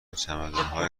چمدانهای